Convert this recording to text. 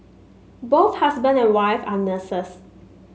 both husband and wife are nurses